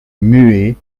muet